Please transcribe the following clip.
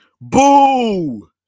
Boo